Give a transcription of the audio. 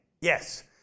Yes